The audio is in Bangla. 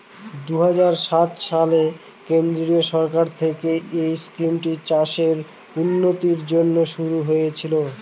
দুই হাজার সাত সালে কেন্দ্রীয় সরকার থেকে এই স্কিমটা চাষের উন্নতির জন্যে শুরু হয়েছিল